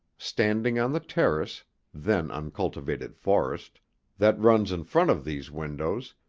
standing on the terrace then uncultivated forest that runs in front of these windows,